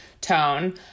tone